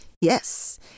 Yes